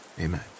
amen